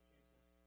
Jesus